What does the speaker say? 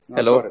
Hello